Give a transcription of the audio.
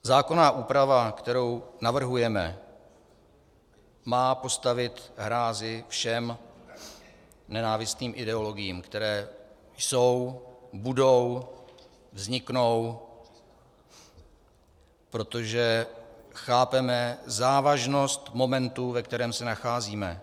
Zákonná úprava, kterou navrhujeme, má postavit hráz všem nenávistným ideologiím, které jsou, budou, vzniknou, protože chápeme závažnost momentu, ve kterém se nacházíme.